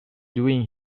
doing